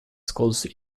schools